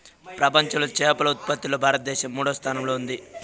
ప్రపంచంలో చేపల ఉత్పత్తిలో భారతదేశం మూడవ స్థానంలో ఉంది